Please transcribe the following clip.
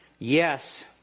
Yes